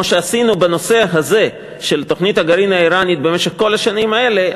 כמו שעשינו בנושא הזה של תוכנית הגרעין האיראנית במשך כל השנים האלה,